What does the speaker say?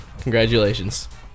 Congratulations